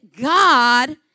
God